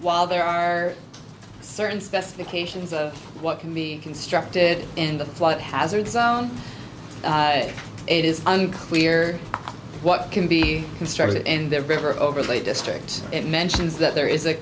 while there are certain specifications of what can be constructed in the flood hazard zone it is unclear what can be constructed in the river overlay district it mentions that there is a